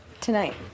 Tonight